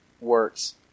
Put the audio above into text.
works